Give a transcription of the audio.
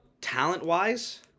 Talent-wise